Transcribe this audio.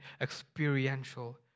experiential